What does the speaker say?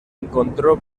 encontró